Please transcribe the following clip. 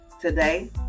today